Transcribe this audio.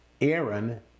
Aaron